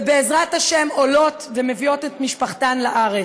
ובעזרת השם עולות ומביאות את משפחתן לארץ.